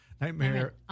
Nightmare